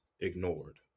ignored